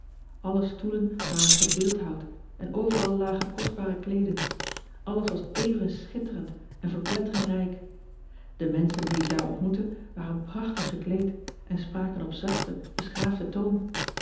lle stoelen waren gebeeldhouwd en overal lagers kostbare kleeden alles was even schitterend en verpletterend rijk e menschen die ik daar ontmoette waren prachtig gekleed en spraken op zachten beschaafden toon